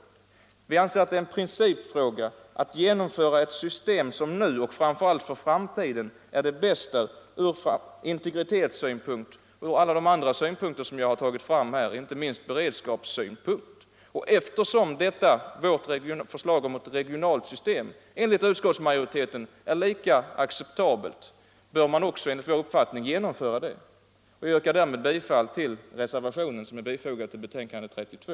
Det är en 29 maj 1975 principfråga att genomföra ett system som nu och framför allt för framtiden är det bästa från integritetssynpunkt och från alla de andra syn = Nytt system för punkter som jag tagit upp här, inte minst från beredskapssynpunkt. Efter ADB inom som vårt förslag om ett regionalsystem enligt utskottets majoritet är lika — folkbokföringsoch acceptabelt, bör man också enligt vår uppfattning genomföra det. beskattningsområ Jag yrkar därmed bifall till reservationen som är fogad till skatteutdet skottets betänkande nr 32.